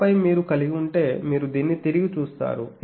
ఆపై మీరు కలిగి ఉంటే మీరు దీన్ని తిరిగి చూస్తారు